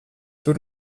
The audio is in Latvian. tur